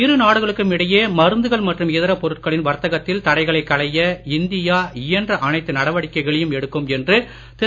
இரு நாடுகளுக்கும் இடையே மருந்துகள் மற்றும் இதர பொருட்களின் வர்த்தகத்தில் தடைகளை களைய இந்தியா இயன்ற அனைத்து நடவடிக்கைகளையும் எடுக்கும் என்று திரு